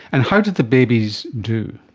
and how did the babies do?